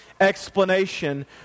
explanation